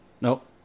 Nope